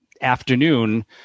afternoon